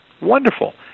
Wonderful